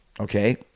okay